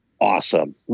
awesome